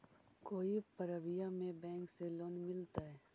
कोई परबिया में बैंक से लोन मिलतय?